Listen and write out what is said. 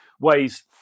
ways